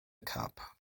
cup